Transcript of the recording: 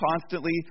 constantly